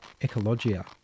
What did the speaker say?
Ecologia